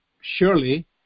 surely